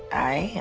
i and